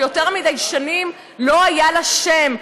שיותר מדי שנים לא היה לה שם,